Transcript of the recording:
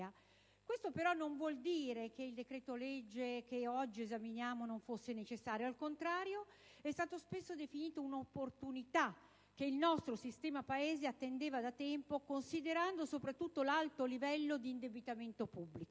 Questo però non vuol dire che il decreto-legge al nostro esame non fosse necessario. Al contrario, è stato spesso definito un'opportunità che il nostro sistema Paese attendeva da tempo, considerando soprattutto l'alto livello di indebitamento pubblico.